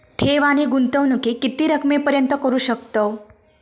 ठेव आणि गुंतवणूकी किती रकमेपर्यंत करू शकतव?